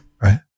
right